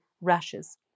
rashes